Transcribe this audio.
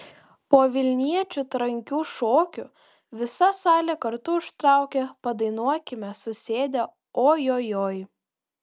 po vilniečių trankių šokių visa salė kartu užtraukė padainuokime susėdę o jo joj